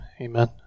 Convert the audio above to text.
amen